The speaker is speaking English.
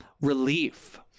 relief